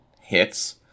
hits